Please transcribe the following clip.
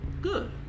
good